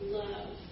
love